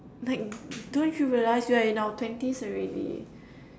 like don't you realize we're in our twenties already